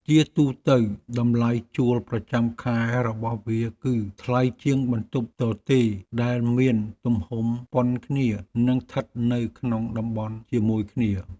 ជាទូទៅតម្លៃជួលប្រចាំខែរបស់វាគឺថ្លៃជាងបន្ទប់ទទេរដែលមានទំហំប៉ុនគ្នានិងស្ថិតនៅក្នុងតំបន់ជាមួយគ្នា។